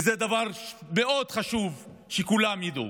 וזה דבר שמאוד חשוב שכולם ידעו.